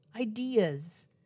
ideas